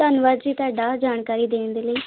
ਧੰਨਵਾਦ ਜੀ ਤੁਹਾਡਾ ਜਾਣਕਾਰੀ ਦੇਣ ਦੇ ਲਈ